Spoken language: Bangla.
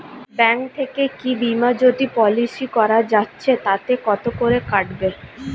ব্যাঙ্ক থেকে কী বিমাজোতি পলিসি করা যাচ্ছে তাতে কত করে কাটবে?